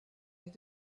near